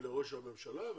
ולראש הממשלה,